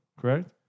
correct